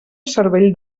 cervell